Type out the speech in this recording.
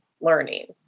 learning